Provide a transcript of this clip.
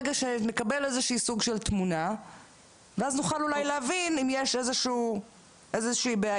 כדי שנקבל איזושהי תמונה ואז נוכל להבין אם יש איזושהי בעיה.